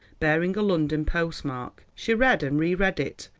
bearing a london post-mark. she read and re-read it,